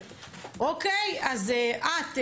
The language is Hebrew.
אז את,